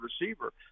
receiver